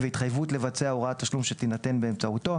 והתחייבות לבצע הוראת תשלום שתינתן באמצעותו.